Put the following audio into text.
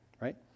right